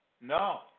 No